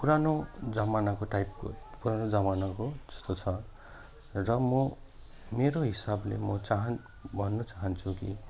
पुरानो जमानाको टाइपको पुरानो जमानाको त्यस्तो छ र म मेरो हिसाबले म चाहान् भन्नु चाहन्छु कि